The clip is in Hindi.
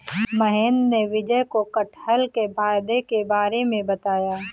महेंद्र ने विजय को कठहल के फायदे के बारे में बताया